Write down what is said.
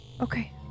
Okay